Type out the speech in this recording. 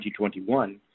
2021